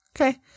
Okay